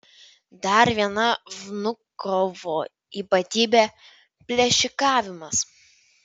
dar viena vnukovo ypatybė plėšikavimas